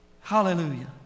Hallelujah